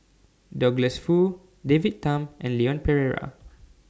Douglas Foo David Tham and Leon Perera